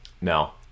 No